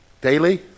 Daily